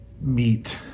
meet